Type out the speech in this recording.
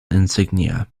insignia